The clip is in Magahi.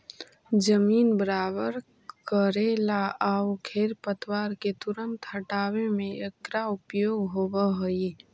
जमीन बराबर कऽरेला आउ खेर पतवार के तुरंत हँटावे में एकरा उपयोग होवऽ हई